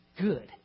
good